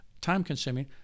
time-consuming